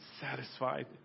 satisfied